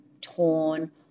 torn